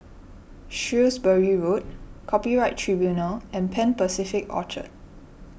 Shrewsbury Road Copyright Tribunal and Pan Pacific Orchard